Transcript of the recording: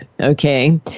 okay